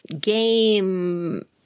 game